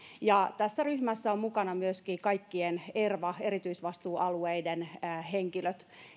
ja tässä ryhmässä ovat mukana myöskin kaikkien erva eli erityisvastuualueiden henkilöt